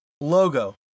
logo